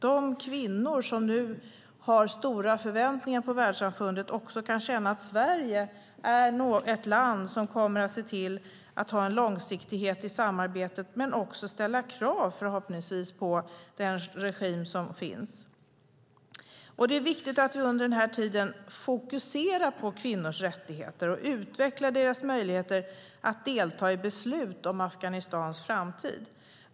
De kvinnor som har stora förväntningar på världssamfundet kan nu känna att Sverige har långsiktighet i sitt samarbete och att vi förhoppningsvis också kommer att ställa krav på regimen. Det är också viktigt att vi under denna tid fokuserar på kvinnors rättigheter och utvecklar deras möjlighet att delta i beslut om Afghanistans framtid.